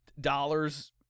dollars